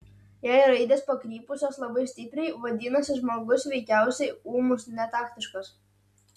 jei raidės pakrypusios labai stipriai vadinasi žmogus veikiausiai ūmus netaktiškas